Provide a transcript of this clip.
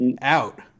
out